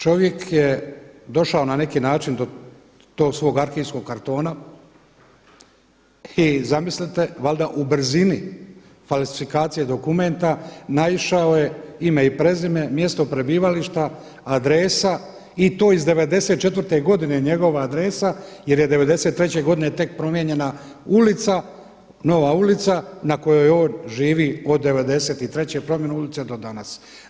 Čovjek je došao na neki način do tog svog arhivskog kartona i zamislite, valjda u brzini falsifikacije dokumenta naišao je ime i prezime, mjesto prebivališta, adresa i to iz '94. godine njegova adresa jer je '93. tek promijenjena ulica, nova ulica na kojoj on živi od '93. promjena ulice do danas.